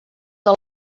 del